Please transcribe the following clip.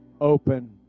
open